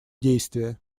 действия